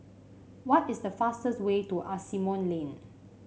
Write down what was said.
what is the fastest way to Asimont Lane